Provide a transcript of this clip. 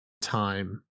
time